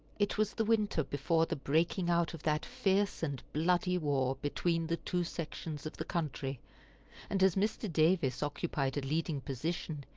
it was the winter before the breaking out of that fierce and bloody war between the two sections of the country and as mr. davis occupied a leading position,